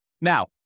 Now